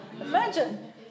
Imagine